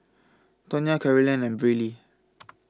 Tonya Carolyn and Brylee